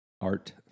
Art